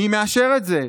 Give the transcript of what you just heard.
מי מאשר את זה?